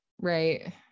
Right